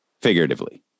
Figuratively